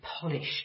polished